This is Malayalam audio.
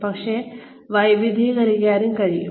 ഒരുപക്ഷേ നിങ്ങൾക്ക് വൈവിധ്യവൽക്കരിക്കാനും കഴിയും